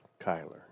Kyler